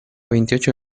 veintiocho